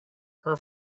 her